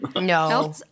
No